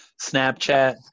Snapchat